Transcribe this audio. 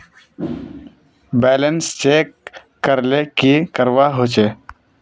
Balance check करले की करवा होचे?